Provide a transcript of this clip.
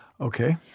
Okay